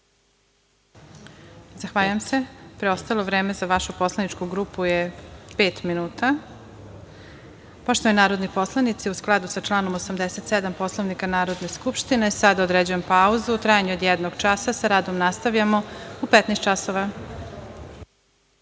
Zahvaljujem se. Preostalo vreme za vašu poslaničku grupu je pet minuta. Poštovani narodni poslanici, u skladu sa članom 87. Poslovnika Narodne skupštine, sada određujem pauzu u trajanju od jednog časa. Sa radom nastavljamo u 15.00 časova.(Posle